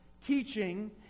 teaching